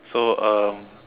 so um